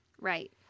right